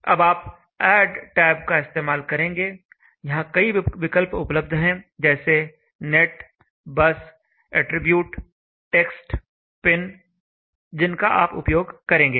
अब आप add tab का इस्तेमाल करेंगे यहां कई विकल्प उपलब्ध है जैसे नेट बस एट्रिब्यूट टेक्स्ट पिन जिनका आप उपयोग करेंगे